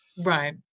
right